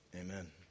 Amen